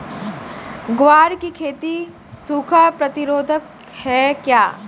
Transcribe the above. ग्वार की खेती सूखा प्रतीरोधक है क्या?